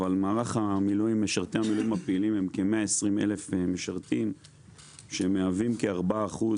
אבל מערך משרתי המילואים הפעילים הם כ-120,000 משרתים שמהווים כ-4%